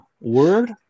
word